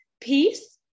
peace